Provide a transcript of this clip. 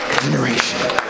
generation